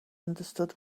understood